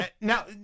now